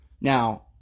Now